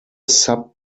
sub